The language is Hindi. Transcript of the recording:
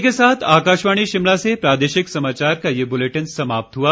इसी के साथ आकाशवाणी शिमला से प्रादेशिक समाचार का ये बुलेटिन समाप्त हुआ